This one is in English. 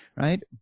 right